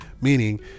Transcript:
meaning